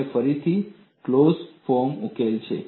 અને આ ફરીથી ક્લોઝ ફોર્મ ઉકેલ છે